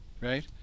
right